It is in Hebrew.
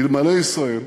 אלמלא ישראל,